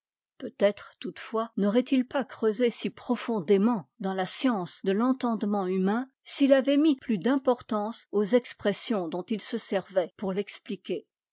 peut-être toutefois n'aurait-il pas creusé si profondément dans la science de l'entendement humain s'il avait mis plus d'importance aux expressions dont il se servait pour l'expliquer